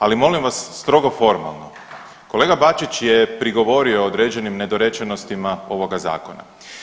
Ali molim vas strogo formalno, kolega Bačić je prigovorio određenim nedorečenostima ovog zakona.